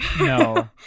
no